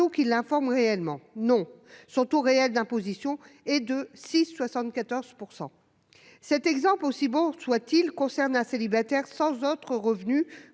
qui l'informe réellement ? Non, car son taux réel d'imposition est de 6,74 %. Cet exemple, aussi beau soit-il, concerne un célibataire sans autres revenus